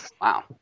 Wow